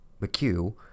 McHugh